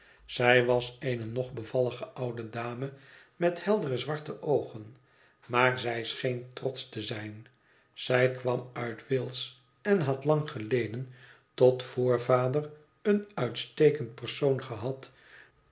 zij was eene nog bevallige oude dame met heldere zwarte oogen maar zij scheen trotsch te zijn zij kwam uit wales en had lang geleden tot voorvader een uitstekend persoon gehad